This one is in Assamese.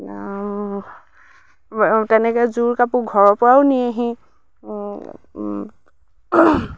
তেনেকৈ যোৰ কাপোৰ ঘৰৰপৰাও নিয়েহি